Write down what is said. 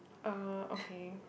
uh okay